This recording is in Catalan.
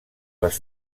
les